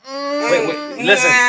Listen